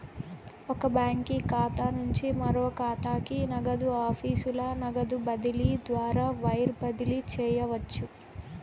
ఒక బాంకీ ఖాతా నుంచి మరో కాతాకి, నగదు ఆఫీసుల నగదు బదిలీ ద్వారా వైర్ బదిలీ చేయవచ్చు